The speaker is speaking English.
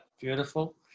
Beautiful